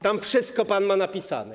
Tam wszystko pan ma napisane.